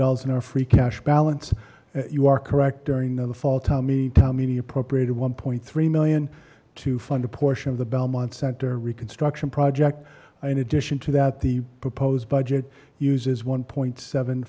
dollars in our free cash balance you are correct during the fall tommy tommy appropriated one point three million to fund a portion of the belmont center reconstruction project an addition to that the proposed budget uses one point seven